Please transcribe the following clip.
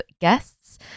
guests